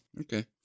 Okay